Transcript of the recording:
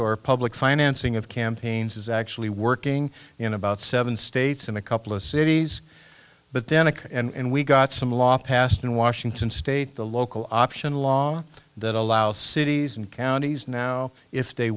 or public financing of campaigns is actually working in about seven states in a couple of cities but then it and we got some law passed in washington state the local option law that allows cities and counties now if they